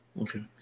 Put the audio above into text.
Okay